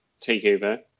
TakeOver